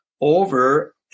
over